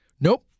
Nope